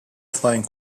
flying